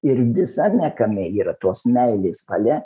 ir visame kame yra tos meilės valia